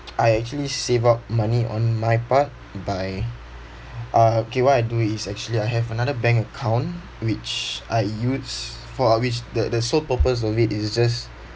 I actually save up money on my part by uh okay what I do is actually I have another bank account which I use for uh which the the sole purpose of it is just